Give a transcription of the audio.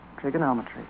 trigonometry